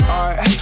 art